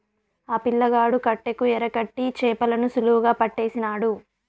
ఆ పిల్లగాడు కట్టెకు ఎరకట్టి చేపలను సులువుగా పట్టేసినాడు